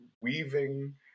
weaving